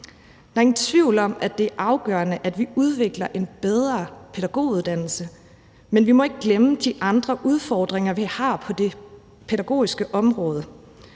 Der er ingen tvivl om, at det er afgørende, at vi udvikler en bedre pædagoguddannelse, men vi må ikke glemme de andre udfordringer, vi har på det pædagogiske område.